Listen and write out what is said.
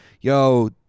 yo